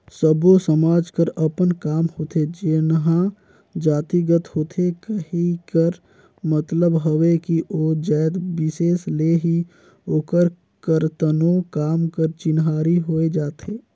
सब्बो समाज कर अपन काम होथे जेनहा जातिगत होथे कहे कर मतलब हवे कि ओ जाएत बिसेस ले ही ओकर करतनो काम कर चिन्हारी होए जाथे